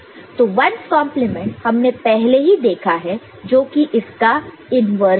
तो 1's complement 1's complement हमने पहले देखा है जो कि इसका इंवर्जन है